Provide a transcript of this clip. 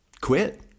quit